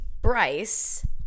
Bryce